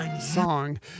song